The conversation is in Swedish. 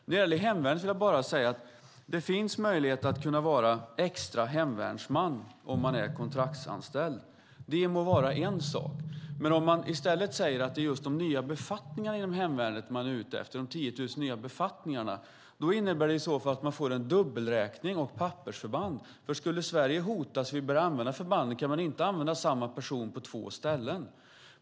När det gäller hemvärnet vill jag bara säga att det finns möjlighet att vara extra hemvärnsman om man är kontraktsanställd. Det må vara en sak. Men om man i stället säger att det är just de 10 000 nya befattningarna i hemvärnet man är ute efter innebär det i så fall att man får en dubbelräkning och pappersförband. Skulle Sverige hotas och vi börjar använda förbanden kan man nämligen inte använda samma person på två ställen.